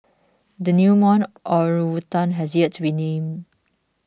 the newborn orangutan has yet to be named